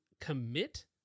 commit